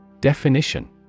Definition